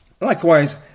Likewise